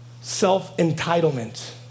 self-entitlement